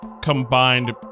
combined